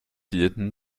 jeden